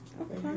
Okay